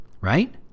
right